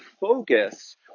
focus